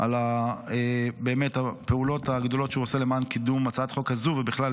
על הפעולות הגדולות שהוא עושה למען קידום הצעת החוק הזאת בכלל,